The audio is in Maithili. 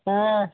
हँ